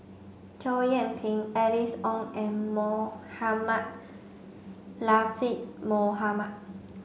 Chow Yian Ping Alice Ong and Mohamed Latiff Mohamed